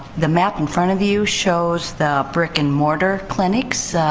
the map in front of you shows the brick and mortar clinics.